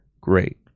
great